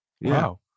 Wow